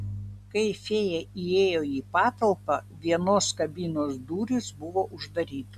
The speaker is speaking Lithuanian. kai fėja įėjo į patalpą vienos kabinos durys buvo uždarytos